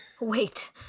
Wait